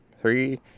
Three